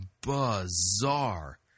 bizarre